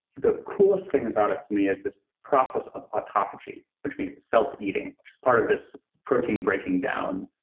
the coolest thing about it to me is this process of autophagy which means self-eating, which is part of this protein breaking down,